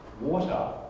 water